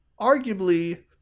arguably